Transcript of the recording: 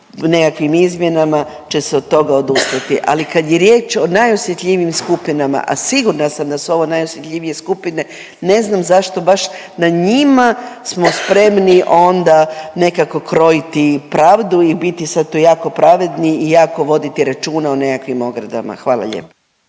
nekakvim izmjenama će se od toga odustati. Ali kad je riječ o najosjetljivijim skupinama, a sigurna sam da su ovo najosjetljivije skupine, ne znam zašto baš na njima smo spremni onda nekako krojiti pravdu i biti sad tu jako pravedni i jako voditi računa o nekakvim ogradama, hvala lijepa.